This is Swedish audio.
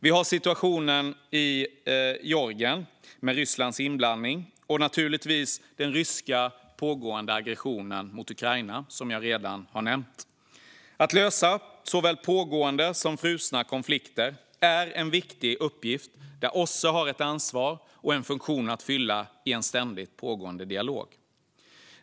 Vi har också frågorna om Rysslands inblandning i Georgien och naturligtvis den pågående ryska aggressionen mot Ukraina, som jag redan nämnt. Att lösa såväl pågående som frusna konflikter är en viktig uppgift, där OSSE har ett ansvar och en funktion att fylla i en ständigt pågående dialog.